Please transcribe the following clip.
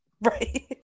right